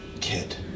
kid